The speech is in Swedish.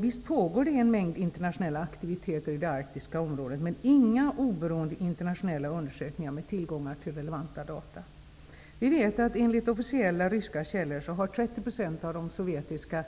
Visst pågår det en mängd internationella aktiviteter i det arktiska området, men inga oberoende internationella undersökningar med tillgång till relevanta data. Vi vet enligt officiella ryska källor att 30 % av de sovjetiska